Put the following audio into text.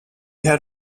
had